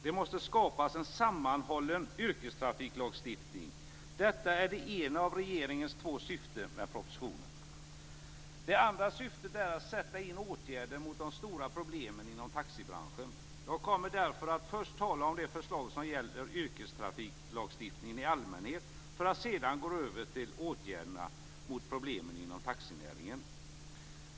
Det måste skapas en sammanhållen yrkestrafiklagstiftning. Detta är det ena av regeringens två syften med propositionen. Det andra syftet är att sätta in åtgärder mot de stora problemen inom taxibranschen. Jag kommer därför att först tala om de förslag som gäller yrkestrafiklagstiftningen i allmänhet för att sedan gå över till åtgärderna mot problemen inom taxinäringen.